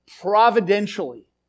providentially